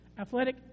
athletic